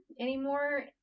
anymore